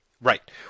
Right